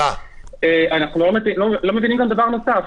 אנחנו לא מבינים דבר נוסף.